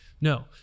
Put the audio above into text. no